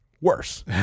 worse